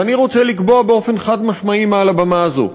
ואני רוצה לקבוע באופן חד-משמעי מעל הבמה הזאת,